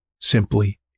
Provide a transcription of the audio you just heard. simply